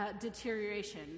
deterioration